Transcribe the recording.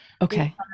Okay